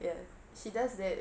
ya she does that